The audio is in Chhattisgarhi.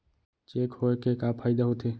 चेक होए के का फाइदा होथे?